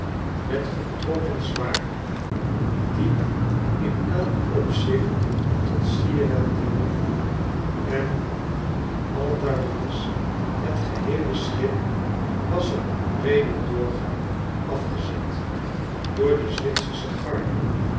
met getrokken zwaarden die in elk opzicht tot sieraad dienden en van het altaar langs het geheele schip was er een breede doorgang afgezet door de zwitsersche garde